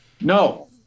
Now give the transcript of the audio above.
No